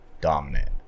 Dominant